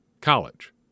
college